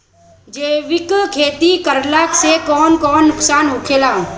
जैविक खेती करला से कौन कौन नुकसान होखेला?